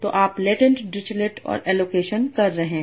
तो आप latent Dirichlet और एलोकेशन कर रहे हैं